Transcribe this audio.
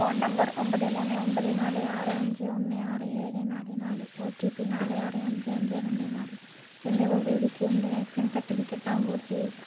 phone number ഒൻപത് മൂന്ന് ഒൻപത് നാല് ആറ് അഞ്ച് ഒന്ന് ആറ് ഏഴ് നാല് നാല് ഒറ്റിപി നാല് ആറ് അഞ്ച് അഞ്ച് രണ്ട് നാല് എന്നിവ ഉപയോഗിച്ച് എൻ്റെ വാക്സിൻ സർട്ടിഫിക്കറ്റ് ഡൗൺലോഡ് ചെയ്യുക